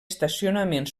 estacionament